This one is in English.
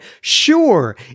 sure